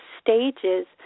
stages